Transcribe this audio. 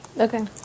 Okay